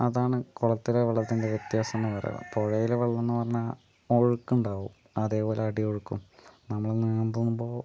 അതാണ് കുളത്തിലെ വെള്ളത്തിന്റെ വ്യത്യാസംന്ന് പറയണത് പുഴയിലെ വെളളംന്ന് പറഞ്ഞാൽ ഒഴുക്കുണ്ടാവും അതേപോലെ അടി ഒഴുക്കും നമ്മള് നീന്തുമ്പോൾ